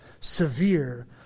severe